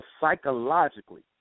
psychologically